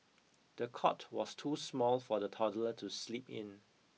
the cot was too small for the toddler to sleep in